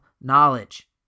knowledge